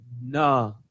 nah